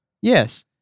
yes